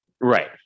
right